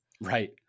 Right